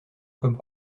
comme